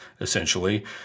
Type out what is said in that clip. essentially